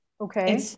Okay